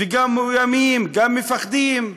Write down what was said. וגם מאוימים, וגם מפחדים.